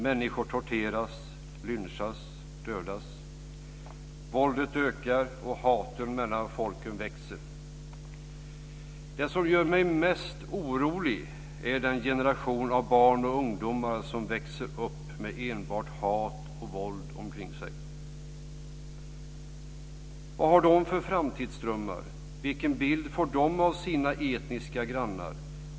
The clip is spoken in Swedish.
Människor torteras, lynchas, dödas. Våldet ökar och hatet mellan folken växer. Det som gör mig mest orolig är den generation av barn och ungdomar som växer upp med enbart hat och våld omkring sig. Vad har de för framtidsdrömmar? Vilken bild får de av sina etniska grannar?